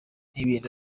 ibintu